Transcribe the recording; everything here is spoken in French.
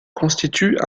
constitue